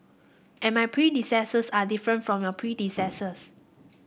and my predecessors are different from your predecessors